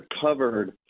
covered